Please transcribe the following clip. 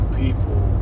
people